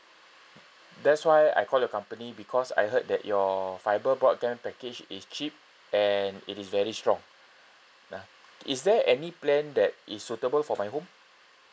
that's why I call your company because I heard that your fiber broadband package is cheap and it is very strong uh is there any plan that is suitable for my home